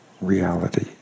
reality